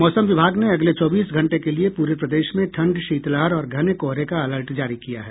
मौसम विभाग ने अगले चौबीस घंटे के लिए पूरे प्रदेश में ठंड शीतलहर और घने कोहरे का अलर्ट जारी किया है